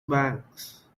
banks